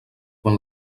quan